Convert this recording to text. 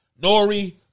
Nori